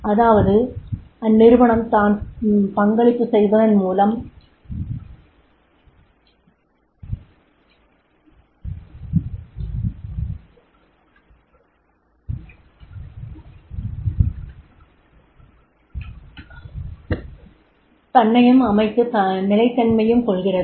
அதாவது அந்நிறுவனம் தான் பங்களிப்பு செய்வதன் மூலம் தன்னையும் அமைத்து நிலைத்தன்மையும் கொள்கிறது